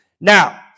Now